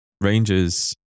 Rangers